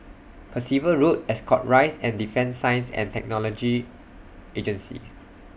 Percival Road Ascot Rise and Defence Science and Technology Agency